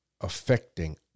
affecting